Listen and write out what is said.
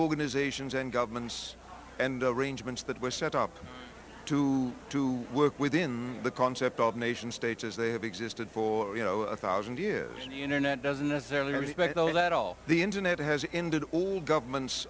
organizations and governments and arrangements that were set up to to work within the concept of nation states as they have existed for you know a thousand years the internet doesn't necessarily respect the let all the internet has ended all governments